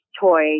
toy